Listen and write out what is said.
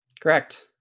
correct